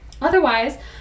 Otherwise